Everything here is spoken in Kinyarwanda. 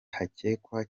hakekwa